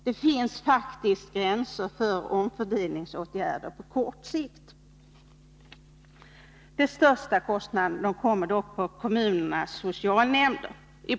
Det finns faktiskt gränser för omfördelningsåtgärder på kort sikt. De största kostnaderna kommer dock på kommunernas socialnämnder.